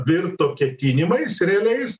virto ketinimais realiais